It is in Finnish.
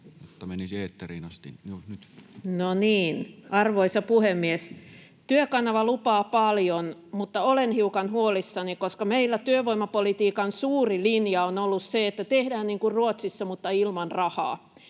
Arvoisa puhemies! Työkanava lupaa paljon, mutta olen hiukan huolissani, koska meillä työvoimapolitiikan suuri linja on ollut se, että tehdään niin kuin Ruotsissa mutta ilman rahaa,